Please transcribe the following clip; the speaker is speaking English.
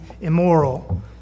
immoral